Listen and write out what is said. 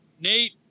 Nate